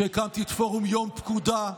כשהקמתי את פורום "יום פקודה",